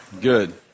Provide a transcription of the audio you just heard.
Good